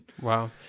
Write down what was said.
Wow